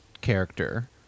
character